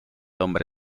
hombre